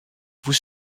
vous